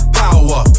power